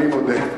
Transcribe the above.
אני מודה,